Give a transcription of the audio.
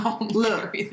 Look